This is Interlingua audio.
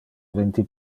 vinti